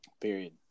Period